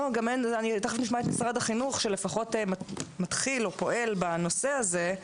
נשמע את משרד החינוך שלפחות מתחיל או פועל בנושא הזה.